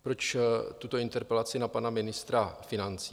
Proč tuto interpelaci na pana ministra financí?